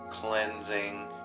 cleansing